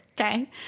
okay